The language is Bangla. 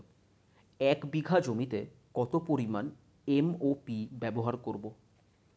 এক বিঘা জমিতে কত পরিমান এম.ও.পি ব্যবহার করব?